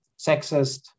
sexist